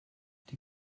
die